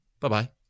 Bye-bye